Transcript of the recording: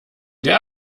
der